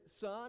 son